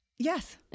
Yes